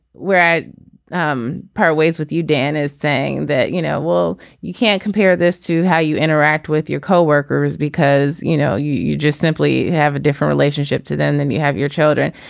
we're um part ways with you dan is saying that you know well you can't compare this to how you interact with your co-workers because you know you you just simply have a different relationship to them than you have your children.